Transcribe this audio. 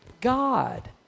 God